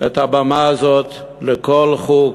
הבמה הזאת לכל חוג,